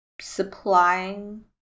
supplying